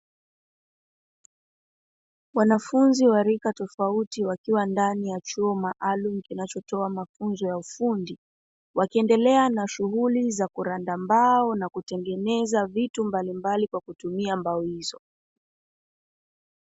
Wanafunzi wa rika tofauti wakiwa ndani ya chumba maalumu kinachotoa mafunzo ya ufundi, wakiendelea na shughuli za kuranda mbao na kutengeneza vitu mbalimbali kwa kutumia mbao hizo.